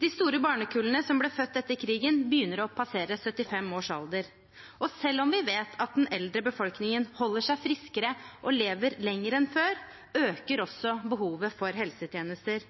De store barnekullene som ble født etter krigen, begynner å passere 75 år. Selv om vi vet at den eldre befolkningen holder seg friskere og lever lenger enn før, øker også behovet for helsetjenester.